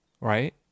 right